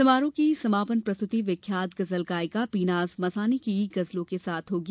समारोह की समापन प्रस्तुति विख्यात गजल गायिका पीनाज मासानी की गजलों के साथ होगी